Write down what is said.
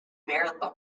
marathon